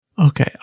Okay